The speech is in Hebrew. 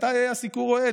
מתי היה סיקור אוהד,